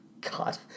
God